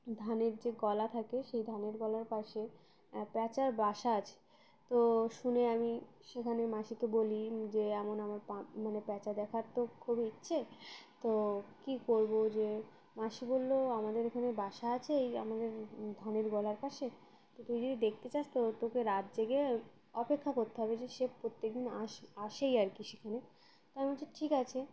ধানের যে গলা থাকে সেই ধানের গলার পাশে প্যাঁচার বাসা আছে তো শুনে আমি সেখানে মাসিকে বলি যে এমন আমার পা মানে প্যাঁচা দেখার তো খুবই ইচ্ছে তো কী করবো যে মাসি বললো আমাদের এখানে বাসা আছেই আমাদের ধানের গলার পাশে তো তুই যদি দেখতে চাস তো তোকে রাত জেগে অপেক্ষা করতে হবে যে সে প্রত্যেকদিন আস আসেই আর কি সেখানে তো আমি বলছি ঠিক আছে